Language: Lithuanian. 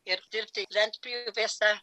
ir dirbti lentpjūvėse